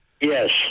Yes